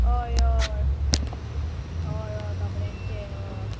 हय हय होय होय कपड्यांचे हय